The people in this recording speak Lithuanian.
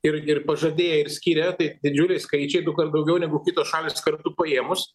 ir ir pažadėję ir skyrę tai didžiuliai skaičiai dukart daugiau negu kitos šalys kartu paėmus